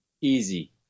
easy